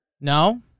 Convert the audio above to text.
No